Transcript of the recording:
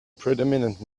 predominant